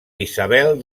isabel